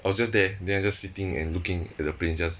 I was just there then I just sitting and looking at the plane just